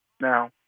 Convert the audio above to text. now